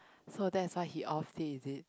so that's why he offend it is it